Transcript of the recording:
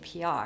PR